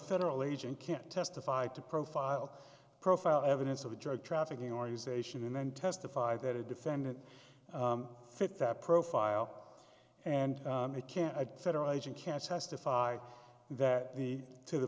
federal agent can't testify to profile profile evidence of a drug trafficking organization and then testify that a defendant fits that profile and it can a federal agent can testify that the to the